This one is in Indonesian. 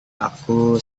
aku